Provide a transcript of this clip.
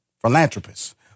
philanthropist